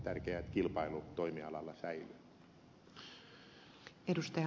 tärkeä kilpailu toimialalla säilyy